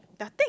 nothing